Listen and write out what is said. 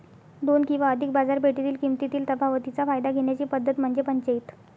दोन किंवा अधिक बाजारपेठेतील किमतीतील तफावतीचा फायदा घेण्याची पद्धत म्हणजे पंचाईत